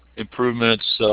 improvements,